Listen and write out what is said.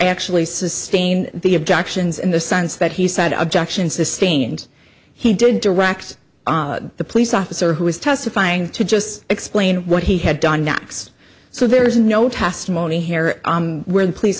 actually sustain the objections in the sense that he said objection sustained he did direct the police officer who was testifying to just explain what he had done next so there is no testimony here where the police